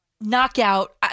knockout